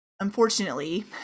unfortunately